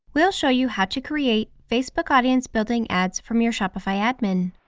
we'll show you how to create facebook audience building ads from your shopify admin.